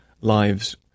lives